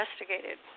investigated